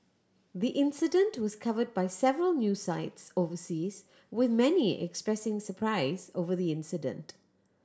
the incident was covered by several new sites overseas with many expressing surprise over the incident